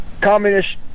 communist